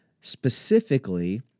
specifically